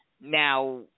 Now